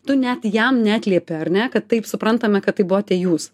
tu net jam neatliepi ar ne kad taip suprantame kad tai buvote jūs